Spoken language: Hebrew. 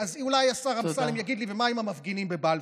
אז אולי השר אמסלם יגיד לי: אז מה עם המפגינים בבלפור?